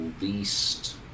least